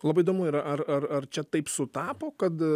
labai įdomu yra ar ar ar čia taip sutapo kad